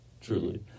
Truly